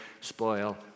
spoil